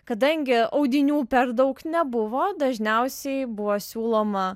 kadangi audinių per daug nebuvo dažniausiai buvo siūloma